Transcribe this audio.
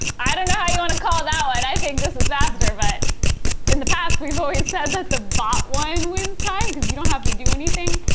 i dunno how you wanna call that one. and i think this was faster, but in the past we've always said that the bought one wins time cause you don't have to do anything.